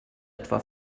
etwa